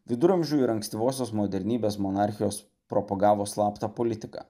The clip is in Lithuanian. viduramžių ir ankstyvosios modernybės monarchijos propagavo slaptą politiką